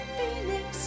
Phoenix